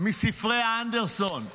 מספרי אנדרסון,